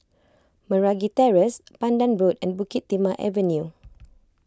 Meragi Terrace Pandan Road and Bukit Timah Avenue